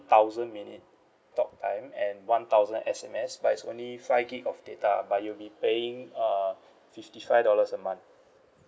thousand minute talk time and one thousand S_M_S but it's only five gig of data but you'll be paying uh fifty five dollars a month